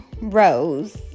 Rose